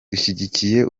dushyigikiye